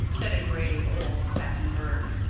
said a grave old satin bird,